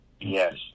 Yes